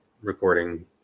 recording